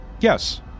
Yes